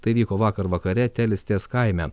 tai vyko vakar vakare telistės kaime